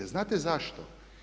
Znate zašto?